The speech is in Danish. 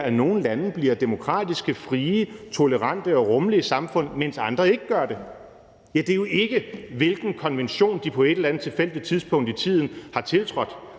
at nogle lande bliver demokratiske, frie, tolerante og rummelige samfund, mens andre ikke gør det? Ja, det er jo ikke, hvilken konvention de på et eller andet tilfældigt tidspunkt i tiden har tiltrådt.